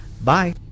bye